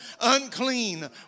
unclean